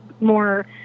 more